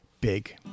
big